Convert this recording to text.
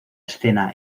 escena